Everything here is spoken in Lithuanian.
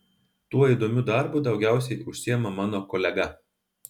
tuo įdomiu darbu daugiausiai užsiima mano kolega